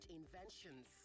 inventions